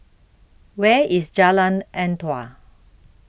Where IS Jalan Antoi